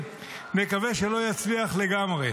נקווה שלא יצליח לגמרי,